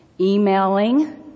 emailing